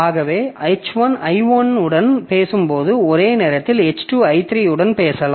ஆகவே H1 I1 உடன் பேசும்போது ஒரே நேரத்தில் H2 I3 உடன் பேசலாம்